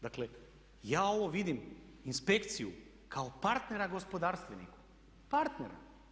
Dakle, ja ovo vidim inspekciju kao partnera gospodarstveniku, partnera.